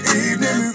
evening